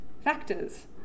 factors